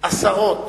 עשרות